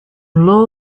low